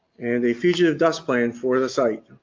and a fugitive dust plan for the site.